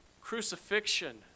crucifixion